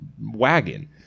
wagon